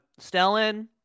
Stellan